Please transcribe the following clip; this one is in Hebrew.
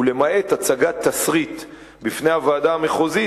ולמעט הצגת תשריט בפני הוועדה המחוזית,